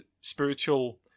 spiritual